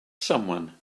someone